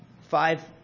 five